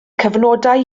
cyfnodau